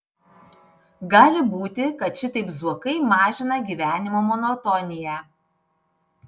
gali būti kad šitaip zuokai mažina gyvenimo monotoniją